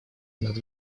над